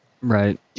Right